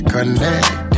Connect